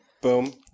Boom